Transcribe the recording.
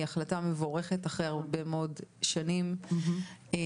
החלטה מבורכת אחרי הרבה מאוד שנים שבהן